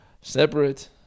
Separate